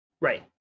Right